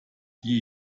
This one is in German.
die